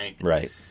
right